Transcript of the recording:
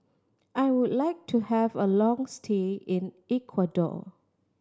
I would like to have a long stay in Ecuador